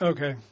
Okay